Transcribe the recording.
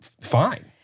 fine